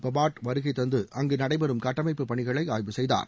பபாட் வருகை தந்து அங்கு நடைபெறும் கட்டமைப்புப் பணிகளை ஆய்வு செய்தார்